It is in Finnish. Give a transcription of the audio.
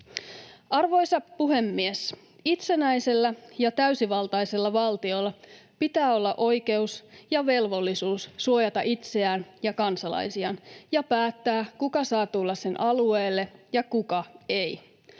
Arvoisa puhemies! Itsenäisellä ja täysivaltaisella valtiolla pitää olla oikeus ja velvollisuus suojata itseään ja kansalaisiaan ja päättää, kuka saa tulla sen alueelle ja kuka ei.